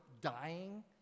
dying